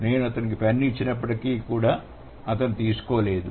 నేను అతనికి పెన్ను ఇచ్చినప్పటికీ అతను తీసుకోలేదు